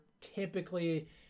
typically